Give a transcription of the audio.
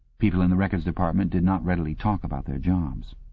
people in the records department did not readily talk about their jobs.